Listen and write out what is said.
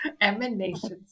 emanations